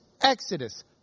Exodus